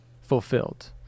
fulfilled